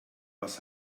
was